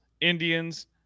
Indians